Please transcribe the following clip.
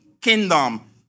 kingdom